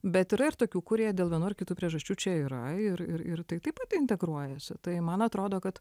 bet yra ir tokių kurie dėl vienų ar kitų priežasčių čia yra ir ir taip pat integruojasi tai man atrodo kad